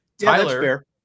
Tyler